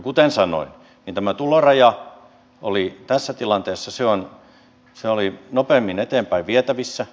kuten sanoin tämä tuloraja oli tässä tilanteessa nopeimmin eteenpäinvietävissä